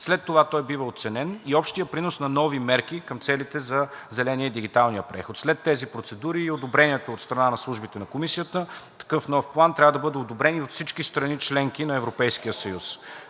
След това той бива оценен с общия принос на нови мерки към целите за зеления дигиталния преход. След тези процедури и одобрението от страна на службите на Комисията такъв нов план трябва да бъде одобрен и от всички страни – членки на Европейския съюз,